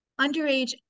underage